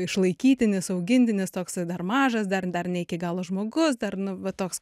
išlaikytinis augintinis toksai dar mažas dar dar ne iki galo žmogus dar nu va toks